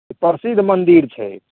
ई प्रसिद्ध मन्दिर छै